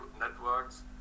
networks